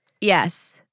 yes